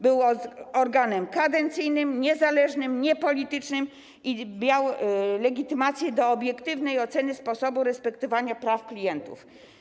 Był organem kadencyjnym, niezależnym, niepolitycznym i miał legitymację do obiektywnej oceny sposobu respektowania praw klientów.